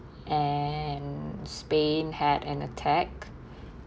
and spain had an attack